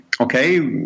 okay